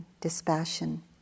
dispassion